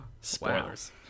Spoilers